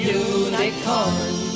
unicorn